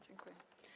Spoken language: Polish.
Dziękuję.